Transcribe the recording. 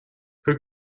her